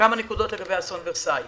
כמה נקודות לגבי אסון ורסאי: